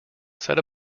set